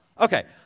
Okay